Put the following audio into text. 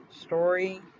story